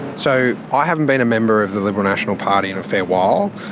so i haven't been a member of the liberal national party in a fair while.